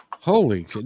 Holy